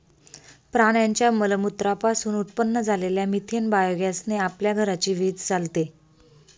प्राण्यांच्या मलमूत्रा पासून उत्पन्न झालेल्या मिथेन बायोगॅस ने आपल्या घराची वीज चालते